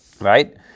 Right